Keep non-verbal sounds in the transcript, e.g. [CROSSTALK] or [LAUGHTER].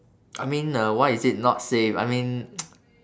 I mean uh why is it not safe I mean [NOISE]